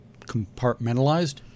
compartmentalized